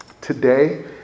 today